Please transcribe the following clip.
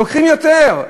לוקחים יותר.